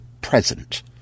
present